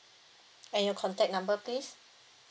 and your contact number please